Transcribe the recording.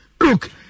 look